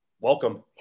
welcome